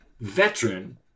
veteran